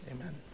amen